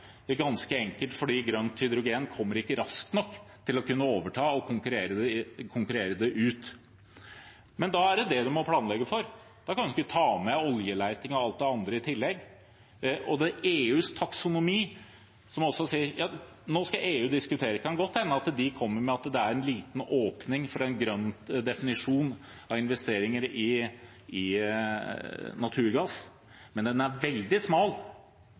ganske enkelt fordi grønt hydrogen ikke kommer raskt nok til å kunne overta og konkurrere det ut. Men da er det det man må planlegge for. Da kan man ikke ta med oljeleting og alt det andre i tillegg. Når det gjelder EUs taksonomi, skal EU nå diskutere. Det kan godt hende at de kommer med at det er en liten åpning for en grønn definisjon av investeringer i naturgass, men den er veldig smal.